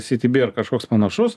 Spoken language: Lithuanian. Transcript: citybee ar kažkoks panašus